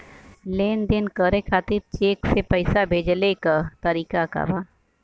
लेन देन करे खातिर चेंक से पैसा भेजेले क तरीकाका बा?